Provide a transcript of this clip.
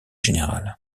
générale